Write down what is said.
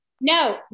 No